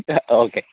okay